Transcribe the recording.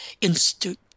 Institute